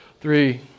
three